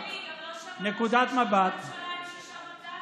אמילי, גם לא שמעת שיש ראש ממשלה עם שישה מנדטים.